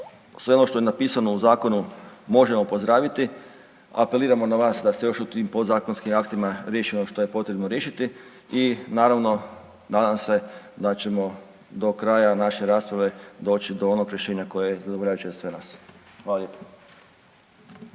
sve ono što je napisano u zakonu možemo pozdraviti, apeliramo na vas da se još tim podzakonskim aktima riješi ono što je potrebno riješiti i naravno nadam se da ćemo do kraja naše rasprave doći do onog rješenja koje …/Govornik se ne razumije/… sve nas. Hvala